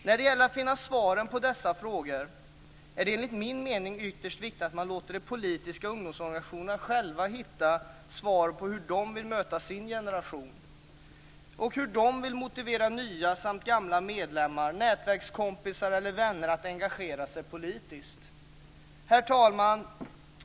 För att finna svaret på dessa frågor är det enligt min mening ytterst viktigt att man låter de politiska ungdomsorganisationerna själva hitta svar på hur de vill möta sin generation och hur de vill motivera nya samt gamla medlemmar, nätverkskompisar eller vänner att engagera sig politiskt. Herr talman!